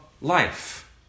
life